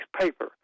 paper